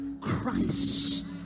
Christ